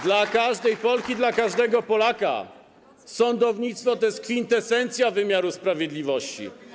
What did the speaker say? Dla każdej Polki, dla każdego Polaka sądownictwo to jest kwintesencja wymiaru sprawiedliwości.